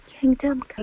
kingdom